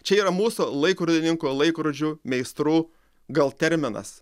čia yra mūsų laikrodininkų laikrodžių meistrų gal terminas